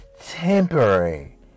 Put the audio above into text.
temporary